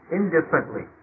indifferently